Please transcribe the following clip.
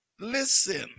Listen